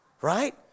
right